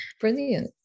Brilliant